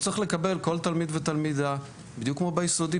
הוא צריך לקבל כל תלמיד ותלמידה בדיוק כמו ביסודי,